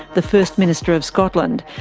the first minister of scotland,